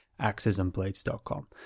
axesandblades.com